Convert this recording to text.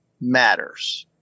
matters